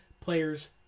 players